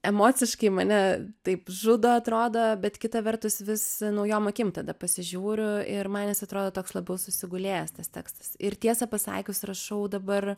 emociškai mane taip žudo atrodo bet kita vertus vis naujom akim tada pasižiūriu ir man jis atrodo toks labiau susigulėjęs tas tekstas ir tiesą pasakius rašau dabar